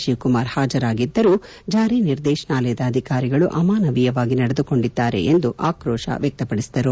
ಶಿವಕುಮಾರ್ ಹಾಜರಾಗಿದ್ದರೂ ಜಾರಿ ನಿರ್ದೇಶನಾಲಯದ ಅಧಿಕಾರಿಗಳು ಅಮಾನವೀಯವಾಗಿ ನಡೆದುಕೊಂಡಿದ್ದಾರೆ ಎಂದು ಆಕ್ರೋಶ ವ್ಯಕ್ತಪಡಿಸಿದರು